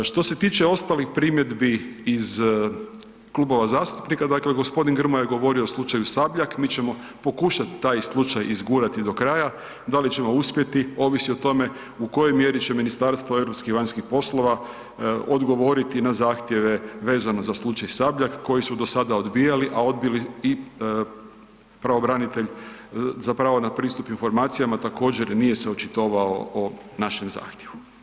Što se tiče ostalih primjedbi iz klubova zastupnika, dakle gospodin Grmoja je govorio o slučaju Sabljak, mi ćemo pokušati taj slučaj izgurati do kraja, da li ćemo uspjeti ovisi o tome u kojoj mjeri će Ministarstvo europskih i vanjskih poslova odgovoriti na zahtjeve vezano za slučaj Sabljak, koje su do sada odbijali, a odbili i pravobranitelj zapravo na pristup informacijama također nije se očitovao o našem zahtjevu.